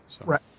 Right